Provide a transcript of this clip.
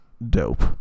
Dope